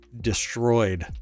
destroyed